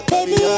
Baby